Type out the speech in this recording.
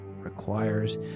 requires